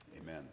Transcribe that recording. amen